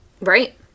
Right